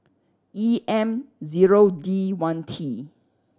E M zero D one T